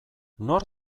nor